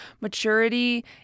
maturity